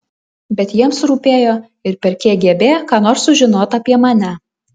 bet jiems rūpėjo ir per kgb ką nors sužinot apie mane